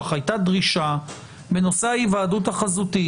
הייתה דרישה בנושא היוועדות חזותית